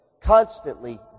Constantly